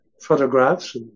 photographs